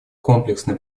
комплексный